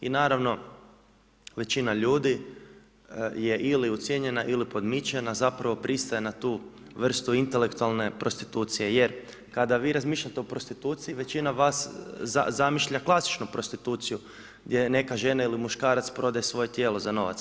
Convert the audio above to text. I naravno, većina ljudi je ili ucijenjena ili podmićena, zapravo pristaje na tu vrstu intelektualne prostitucije jer kada vi razmišljate o prostituciji većina vas zamišlja klasičnu prostituciju gdje neka žena ili muškarac prodaje svoje tijelo za novac.